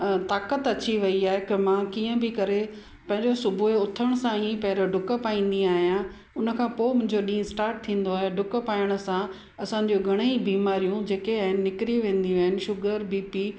ताकतु अची वई आहे की मां कीअं बि करे पंहिंजो सुबुह जो उथण सां ई पहिरियों ॾुक पाईंदी आहियां उनखां पोइ मुंहिंजो ॾींहुं स्टार्ट थींदो आहे ॾुक पाइण सां असांजो घणेई बीमारियूं जेके आहिनि निकिरी वेंदियूं आहिनि शुगर बी पी